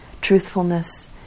truthfulness